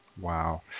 Wow